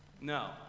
No